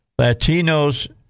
Latinos